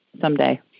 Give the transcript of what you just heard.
someday